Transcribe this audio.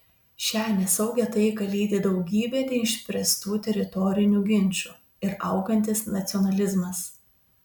šią nesaugią taiką lydi daugybė neišspręstų teritorinių ginčų ir augantis nacionalizmas